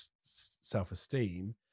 self-esteem